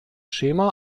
schema